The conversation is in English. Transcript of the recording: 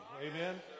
Amen